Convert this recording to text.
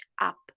up